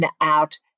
out